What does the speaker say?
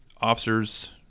officers